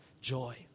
joy